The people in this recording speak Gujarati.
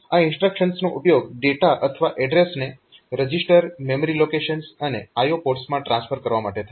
આ ઇન્સ્ટ્રક્શન્સનો ઉપયોગ ડેટા અથવા એડ્રેસને રજીસ્ટર મેમરી લોકેશન્સ અને IO પોર્ટ્સમાં ટ્રાન્સફર કરવા માટે થાય છે